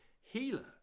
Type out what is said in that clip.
healer